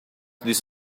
this